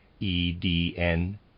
E-D-N